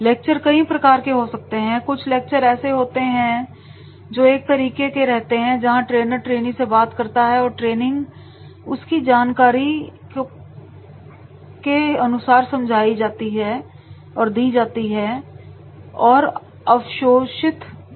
lecture कई प्रकार के हो सकते हैं कुछ लेक्चर ऐसे होते हैं जो एक तरीके के रहते हैं जहां ट्रेनर ट्रेनी से बात करता है और ट्रेनिंग उसकी जानकारी को समझता है और अवशोषित करता है